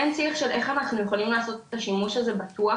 אין שיח של איך אנחנו יכולים לעשות את השימוש הזה בטוח